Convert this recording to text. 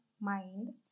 mind